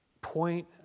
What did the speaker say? point